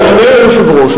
אדוני היושב-ראש,